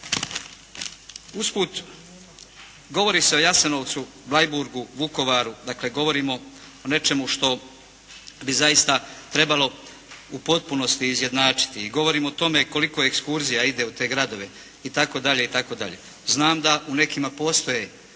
Usput, govori se o Jasenovcu, Bleiburgu, Vukovaru, dakle govorimo o nečemu što bi zaista trebalo u potpunosti izjednačiti, i govorimo o tome koliko ekskurzija ide u te gradove i tako dalje, i tako dalje. Znam da u nekima postoje